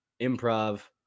improv